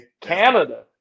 Canada